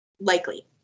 likely